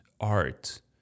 art